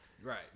Right